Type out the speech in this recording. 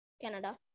Canada